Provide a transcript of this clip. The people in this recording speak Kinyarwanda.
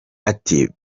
ati